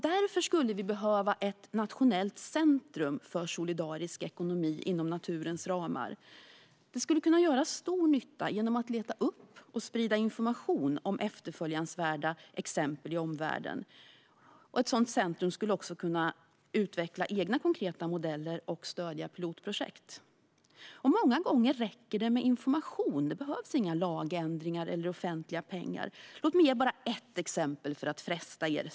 Därför skulle vi behöva ett nationellt centrum för solidarisk ekonomi inom naturens ramar. Det skulle kunna göra stor nytta genom att leta upp och sprida information om efterföljansvärda exempel i omvärlden. Ett sådant centrum skulle också kunna utveckla egna konkreta modeller och stödja pilotprojekt. Många gånger räcker det med information; det behövs inga lagändringar eller offentliga pengar. Låt mig slutligen bara ge ett exempel för att fresta er.